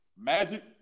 Magic